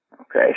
Okay